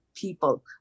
people